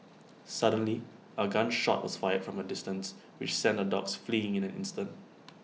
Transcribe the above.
suddenly A gun shot was fired from A distance which sent the dogs fleeing in an instant